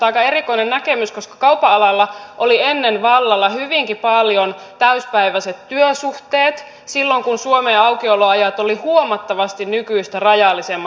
aika erikoinen näkemys koska kaupan alalla olivat ennen vallalla hyvinkin paljon täysipäiväiset työsuhteet silloin kun suomen aukioloajat olivat huomattavasti nykyistä rajallisemmat